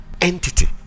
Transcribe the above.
entity